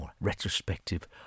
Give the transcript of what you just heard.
retrospective